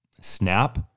snap